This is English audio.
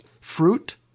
fruit